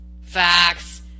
facts